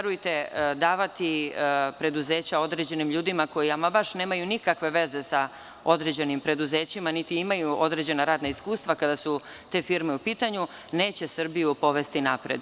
Davati preduzeća određenim ljudima, koji nemaju nikakve veze sa određenim preduzećem, niti imaju određena radna iskustva, kada su te firme u pitanju, neće Srbiju povesti napred.